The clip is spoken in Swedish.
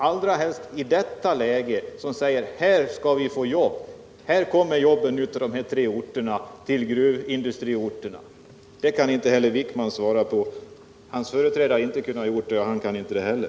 Allra minst i det här läget finns det någonting som säger: Här skall ni få jobb, det kommer säkert jobb till dessa gruvindustriorter. Det här kan inte Anders Wijkman svara på. Hans företrädare har inte kunnat göra det, och han kan det inte heller.